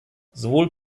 sowohl